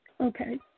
Okay